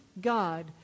God